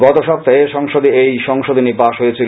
গত সপ্তাহে সংসদে এই সংশোধনী পাশ হয়েছিল